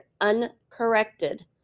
uncorrected